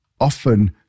often